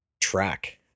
track